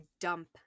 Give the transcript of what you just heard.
dump